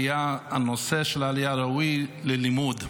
הנושא של העלייה ראוי ללימוד.